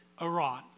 Iran